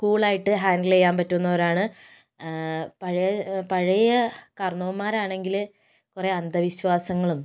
കൂളായിട്ട് ഹാൻഡിൽ ചെയ്യാൻ പറ്റുന്നവരാണ് പഴയ പഴയ കാർന്നോമാരാണെങ്കില് കുറേ അന്ധവിശ്വാസങ്ങളും